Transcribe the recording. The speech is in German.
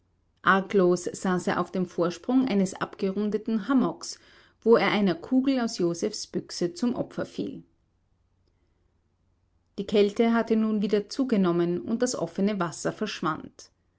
arglos saß er auf dem vorsprung eines abgerundeten hummocks wo er einer kugel aus josephs büchse zum opfer fiel die kälte hatte nun wieder zugenommen und das offene wasser verschwand